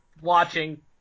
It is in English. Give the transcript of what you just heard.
watching